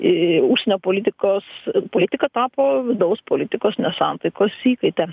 į užsienio politikos politika tapo vidaus politikos nesantaikos įkaite